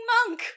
Monk